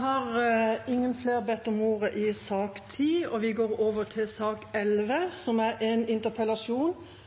har ikke bedt om ordet til sak nr. 10. Det har under koronaperioden blitt ekstra mye fokus på samarbeid ved grensen og politiets arbeid. Dette er en